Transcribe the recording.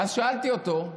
ואז שאלתי אותו: